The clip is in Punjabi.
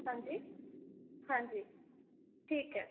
ਹਾਂਜੀ ਹਾਂਜੀ ਠੀਕ ਹੈ